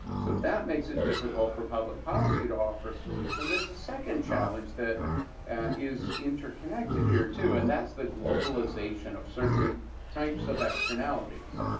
so that makes it difficult for public policy to offer a solution. there's a second challenge that was interconnected here, too, and that's the globalization of certain types of externalities.